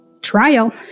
trial